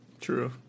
True